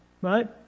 right